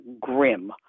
grim